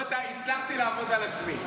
אמרת: הצלחתי לעבוד על עצמי.